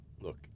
look